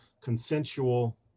consensual